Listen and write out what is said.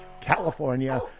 California